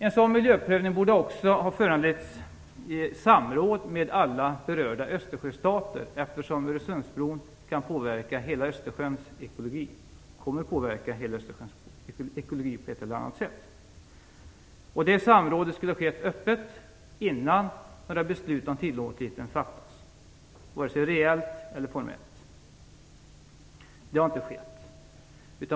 En sådan miljöprövning borde också ha föranlett samråd med alla berörda Östersjöstater, eftersom Öresundsbron kommer att påverka hela Östersjöns ekologi på ett eller annat sätt. Detta samråd skulle ha skett öppet innan några beslut om tillåtligheten fattats - vare sig reellt eller formellt. Det har inte skett.